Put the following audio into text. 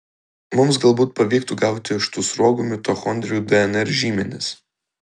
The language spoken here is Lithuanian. mums galbūt pavyktų gauti iš tų sruogų mitochondrijų dnr žymenis